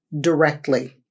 directly